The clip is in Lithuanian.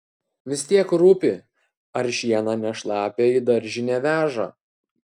vis tiek rūpi ar šieną ne šlapią į daržinę veža